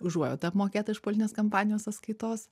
užuojauta apmokėta iš politinės kampanijos sąskaitos